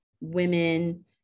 women